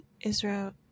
Israel